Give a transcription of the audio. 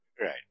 Right